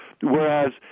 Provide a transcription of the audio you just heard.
Whereas